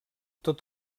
tot